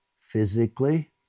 physically